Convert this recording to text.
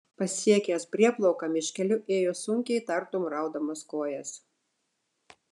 pasiekęs prieplauką miškeliu ėjo sunkiai tartum raudamas kojas